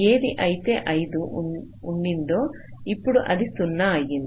ఏది అయితే 5 ఉండిందో ఇప్పుడు అది 0 అయింది